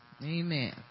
Amen